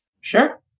Sure